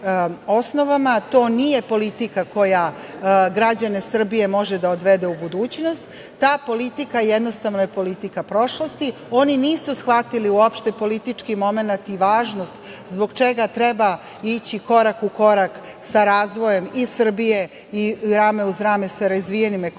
to nije politika koja građane Srbije može da odvede u budućnost, ta politika jednostavno je politika prošlosti. Oni nisu shvatili uopšte politički momenat i važnost zbog čega treba ići korak po korak sa razvojem i Srbije i rame uz rame sa razvijenim ekonomijama